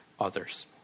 others